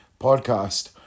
Podcast